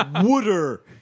water